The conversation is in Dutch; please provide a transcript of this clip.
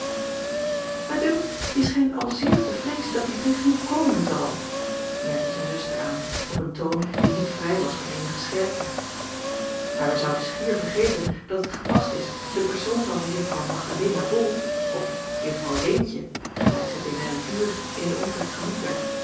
mij dunkt je schijnt al zeer bevreesd dat die brief niet komen zal merkte zijn zuster aan op een toon die niet vrij was van eenige scherpte jacob van ennep laasje evenster aar wij zouden schier vergeten dat het gepast is de persoon van mejuffrouw magdalena bol of juffrouw leentje gelijk zij binnen een uur in den omtrek genoemd werd